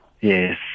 Yes